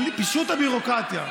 פישוט הביורוקרטיה.